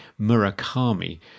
Murakami